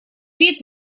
вид